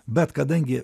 bet kadangi